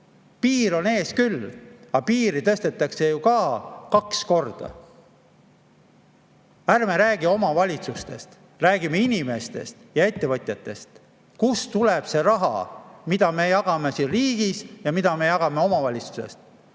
Piir on ees küll, aga piiri tõstetakse ju ka kaks korda. Ärme räägime omavalitsustest, räägime inimestest ja ettevõtjatest. Kust tuleb see raha, mida me jagame siin riigis ja mida me jagame omavalitsustes?